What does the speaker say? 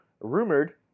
rumored